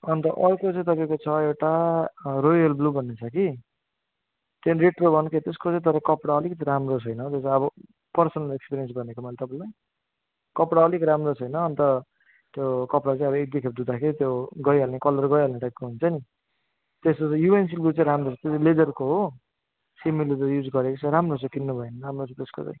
अन्त अर्को चाहिँ तपाईँको छ एउटा रोयल ब्लू भन्ने छ कि त्यो रेट्रो वानको त्यसको चाहिँ तर कपडा अलिकति राम्रो छैन त्यो चाहिँ अब पर्सनल एक्सपिरियन्स गरेर भनेको मैले तपाईँलाई कपडा अलिक राम्रो छैन अन्त त्यो कपडा चाहिँ एक दुईखेप धुँदाखेरि त्यो गइहाल्ने कलर गइहाल्ने टाइपको हुन्छ नि त्यस्तो चाहिँ युएनसीको चाहिँ राम्रो हुन्छ लेदरको हो युज गरेको छ राम्रो छ किन्नु भयो भने राम्रो छ त्यसको चाहिँ